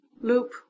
loop